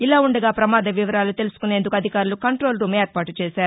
ఇలా ఉండగా ప్రమాద వివరాలు తెలుసుకునేందుకు అధికారులు కంట్రోల్ రూం ఏర్పాటు చేశారు